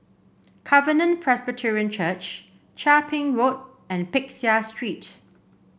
Covenant Presbyterian Church Chia Ping Road and Peck Seah Street